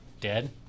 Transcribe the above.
dead